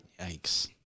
Yikes